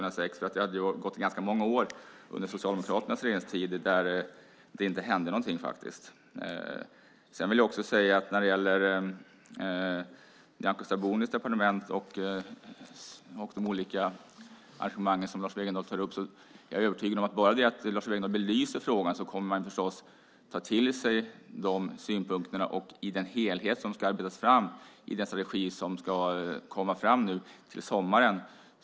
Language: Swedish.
Det hade gått ganska många år under Socialdemokraternas regeringstid där det inte hände något. Vad gäller Nyamko Sabunis departement och de olika evenemang som Lars Wegendal tar upp är jag övertygad om att bara det att Lars Wegendal belyser frågan är tillräckligt för att man ska ta till sig de synpunkterna i den helhet som ska arbetas fram nu till sommaren.